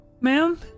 ma'am